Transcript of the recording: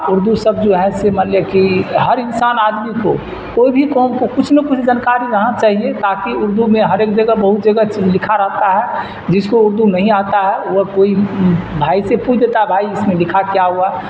اردو سب جو ہے سے مان لیا کہ ہر انسان آدمی کو کوئی بھی قوم کو کچھ نہ کچھ جانکاری رہنا چاہیے تاکہ اردو میں ہر ایک جگہ بہت جگہ چیز لکھا رہتا ہے جس کو اردو نہیں آتا ہے وہ کوئی بھائی سے پوچھ دیتا ہے بھائی اس میں لکھا کیا ہوا